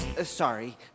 Sorry